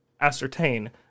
ascertain